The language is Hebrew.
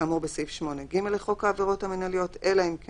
כאמור בסעיף 8(ג) לחוק העבירות המינהליות אלא אם כן